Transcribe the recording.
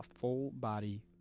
full-body